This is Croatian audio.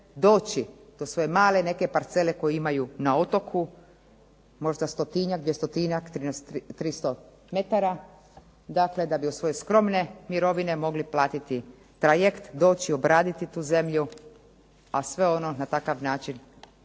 doći do svoje male neke parcele koju imaju na otoku, možda stotinjak, dvjestotinjak, tristo metara. Dakle, da bi od svoje skromne mirovine mogli platiti trajekt, doći, obraditi tu zemlju, a sve ono na takav način